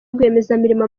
rwiyemezamirimo